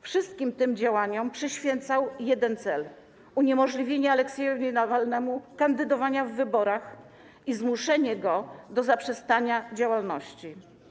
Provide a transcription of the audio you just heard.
Wszystkim tym działaniom przyświecał jeden cel - uniemożliwienie Aleksiejowi Nawalnemu kandydowania w wyborach i zmuszenie go do zaprzestania działalności.